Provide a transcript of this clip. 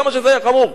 כמה שזה היה חמור.